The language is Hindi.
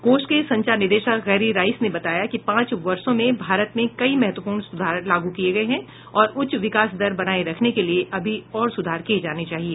कोष के संचार निदेशक गैरी राइस ने बताया कि पांच वर्ष में भारत में कई महत्वपूर्ण सुधार लागू किये गये है और उच्च विकास दर बनाये रखने के लिए अभी और सुधार किये जाने चाहिए